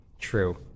True